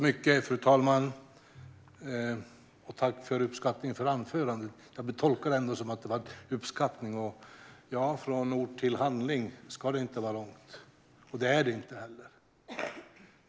Fru talman! Jag tackar för uppskattningen av mitt anförande. Jag tolkar det ändå som att det var en uppskattning. Från ord till handling ska det inte vara långt, och det är det inte heller.